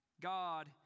God